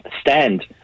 stand